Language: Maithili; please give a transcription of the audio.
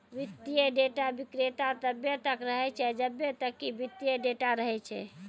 वित्तीय डेटा विक्रेता तब्बे तक रहै छै जब्बे तक कि वित्तीय डेटा रहै छै